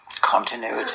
Continuity